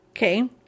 Okay